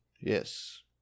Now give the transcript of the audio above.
Yes